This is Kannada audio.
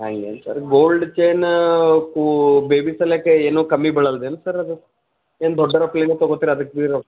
ಹಂಗೇನು ಸರ್ ಗೋಲ್ಡ್ ಚೇನ ಕೂ ಬೇಬಿ ಸಲಕ್ಕೆ ಏನು ಕಮ್ಮಿ ಬೀಳಲ್ದೇನು ಸರ್ ಅದು ಚೇನ್ ದೊಡ್ಡೋರಪ್ಲೆನೇ ತೊಗೊತೀರಾ ಅದಕ್ಕೆ ಭಿ ರೊಕ್ಕ